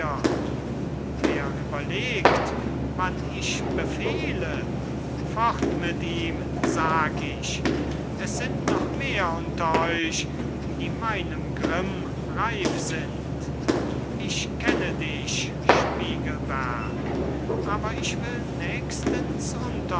wer überlegt wann ich befehle fort mit ihm sag ich es sind noch mehr unter euch die meinem grimm reif sind ich kenne dich spiegelberg aber ich will